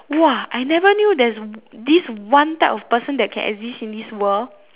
[wah] I never knew there's this one type of this person that can exist in this world